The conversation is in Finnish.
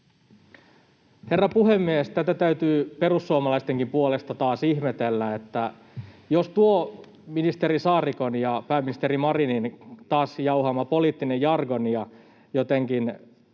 Herra puhemies! Tätä täytyy perussuomalaistenkin puolesta taas ihmetellä, että jos tuo ministeri Saarikon ja pääministeri Marinin jauhama poliittinen jargonia jotenkin